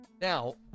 Now